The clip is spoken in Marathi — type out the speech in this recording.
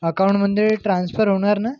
अकाऊंटमध्ये ट्रान्स्फर होणार ना